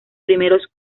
primeros